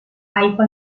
aigua